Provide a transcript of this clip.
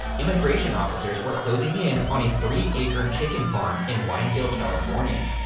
immigration officers were closing in on a three acre chicken farm in wineville, california.